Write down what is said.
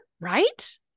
right